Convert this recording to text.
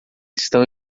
estão